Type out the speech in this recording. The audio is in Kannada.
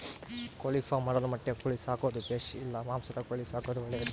ಕೋಳಿಫಾರ್ಮ್ ಮಾಡಲು ಮೊಟ್ಟೆ ಕೋಳಿ ಸಾಕೋದು ಬೇಷಾ ಇಲ್ಲ ಮಾಂಸದ ಕೋಳಿ ಸಾಕೋದು ಒಳ್ಳೆಯದೇ?